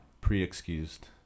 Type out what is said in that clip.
pre-excused